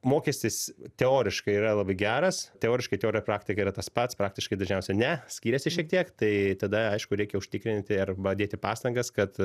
mokestis teoriškai yra labai geras teoriškai teorija praktika yra tas pats praktiškai dažniausiai ne skiriasi šiek tiek tai tada aišku reikia užtikrinti arba dėti pastangas kad